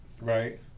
right